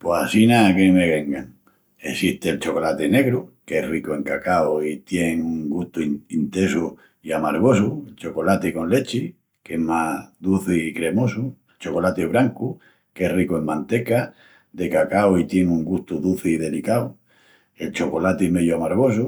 Pos assina que me vengan... essesti'l chocolati negru, qu'es ricu en cacau i tien un gustu intesu i amargosu; el chocolati con lechi, qu'es más duci i cremosu, el chocolati brancu, qu'es ricu en manteca de cacau i tien un gustu duci i delicau, el chocolati meyu-amargosu,